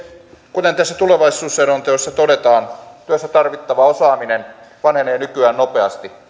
kuten tässä tulevaisuusselonteossa todetaan työssä tarvittava osaaminen vanhenee nykyään nopeasti